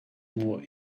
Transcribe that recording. more